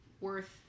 worth